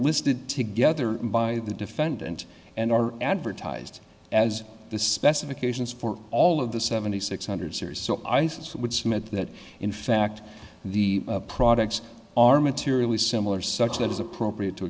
listed together by the defendant and are advertised as the specifications for all of the seventy six hundred series so isis would submit that in fact the products are materially similar such that is appropriate to